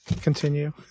Continue